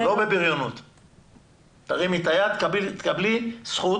עד 700. עד 700, ומי שיש לו מעל